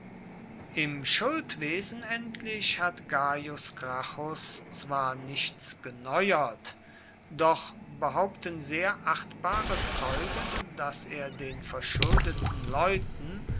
im schuldwesen endlich hat gaius gracchus zwar nichts geneuert doch behaupten sehr achtbare zeugen daß er den verschuldeten leuten